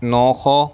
নশ